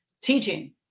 teaching